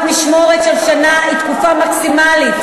משמורת של שנה היא תקופה מקסימלית,